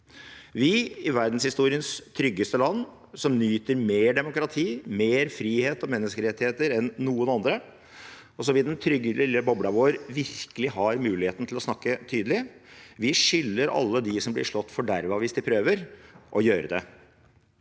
Vi i verdenshistoriens tryggeste land, som nyter mer demokrati, mer frihet og menneskerettigheter enn noen andre, og som i den trygge lille bobla vår virkelig har mulighet til å snakke tydelig, skylder alle de som blir slått forderva hvis de prøver å gjøre det.